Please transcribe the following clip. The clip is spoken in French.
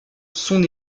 son